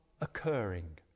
occurring